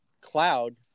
cloud